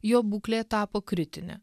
jo būklė tapo kritinė